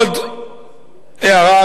עוד הערה,